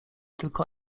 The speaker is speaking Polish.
tylko